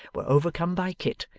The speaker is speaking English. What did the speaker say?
were overcome by kit,